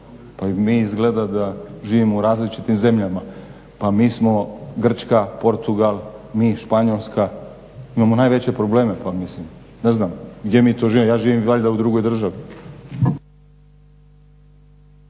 Mi izgleda da živimo u različitim zemljama, pa mi smo Grčka, Portugal, mi Španjolska, imamo najveće probleme pa mislim ne znam gdje mi to živimo. Ja živim valjda u drugoj državi.